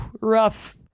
rough